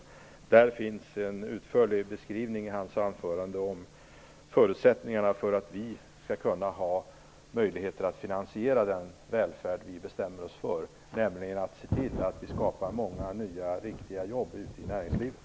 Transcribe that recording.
I hans anförande finns en utförlig beskrivning om förutsättningarna för att vi skall kunna ha möjligheter att finansiera den välfärd som vi bestämmer oss för. Vi måste se till att skapa många nya riktiga jobb ute i näringslivet.